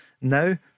now